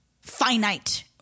finite